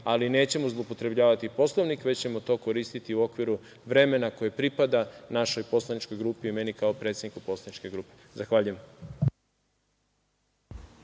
ali nećemo zloupotrebljavati Poslovnik, već ćemo to koristiti u okviru vremena koje pripada našoj poslaničkoj grupi i meni kao predsedniku poslaničke grupe. Zahvaljujem.